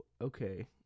okay